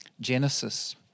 Genesis